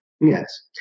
Yes